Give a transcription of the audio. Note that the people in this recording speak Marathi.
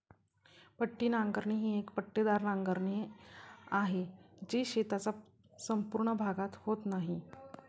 पट्टी नांगरणी ही एक पट्टेदार नांगरणी आहे, जी शेताचा संपूर्ण भागात होत नाही